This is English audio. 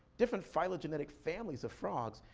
different phylogenetic families of frogs,